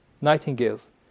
nightingales